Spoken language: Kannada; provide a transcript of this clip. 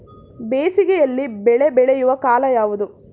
ಬೇಸಿಗೆ ಯಲ್ಲಿ ಬೆಳೆ ಬೆಳೆಯುವ ಕಾಲ ಯಾವುದು?